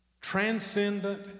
transcendent